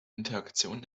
interaktion